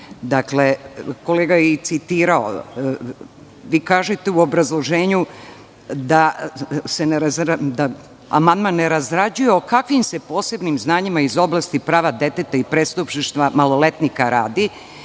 kolega je citirao. Vi kažete u obrazloženju da amandman ne razrađuje o kakvim se posebnim znanjima iz oblasti prava deteta i prestupništva maloletnika radi,